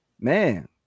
man